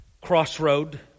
crossroad